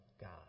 God